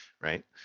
Right